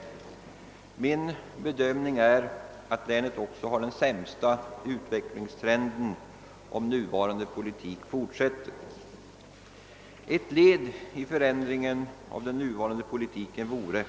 Enligt min bedömning kommer också länet att uppvisa den sämsta utvecklingstrenden om den nuvarande politiken fortsätter. Ett led i förändringen av den nuvarande politiken vore